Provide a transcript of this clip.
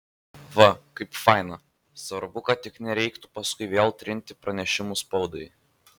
va kaip faina svarbu kad tik nereiktų paskui vėl trinti pranešimų spaudai